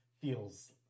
feels